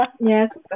Yes